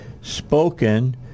spoken